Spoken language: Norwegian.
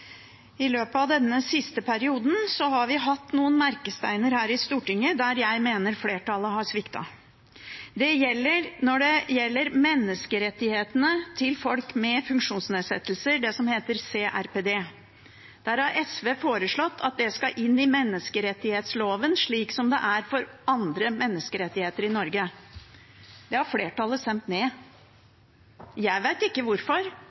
I løpet av denne siste perioden har vi hatt noen merkesteiner her i Stortinget der jeg mener flertallet har sviktet. Det gjelder menneskerettighetene til folk med funksjonsnedsettelser, det som heter CRPD. SV har foreslått at det skal inn i menneskerettighetsloven, slik som det er for andre menneskerettigheter i Norge. Det har flertallet stemt ned. Jeg vet ikke hvorfor,